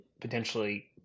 potentially